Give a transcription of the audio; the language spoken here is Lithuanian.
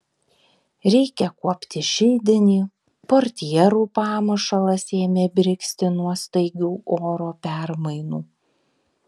reikia kuopti židinį portjerų pamušalas ėmė brigzti nuo staigių oro permainų